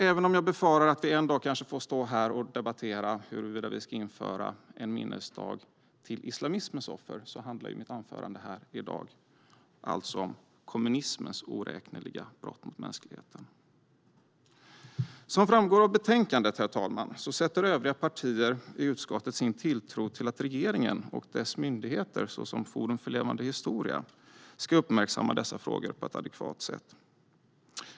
Även om jag befarar att vi kanske en dag får stå här och debattera huruvida vi ska införa en minnesdag till islamismens offer handlar mitt anförande i dag alltså om kommunismens oräkneliga brott mot mänskligheten. Som framgår av betänkandet sätter övriga partier i utskottet sin tilltro till att regeringen och dess myndigheter, såsom Forum för levande historia, ska uppmärksamma dessa frågor på ett adekvat sätt.